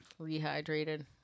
Rehydrated